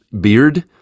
beard